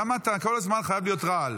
למה אתה כל הזמן חייב להיות רעל?